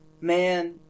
Man